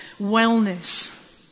wellness